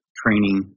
training